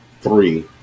three